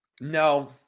No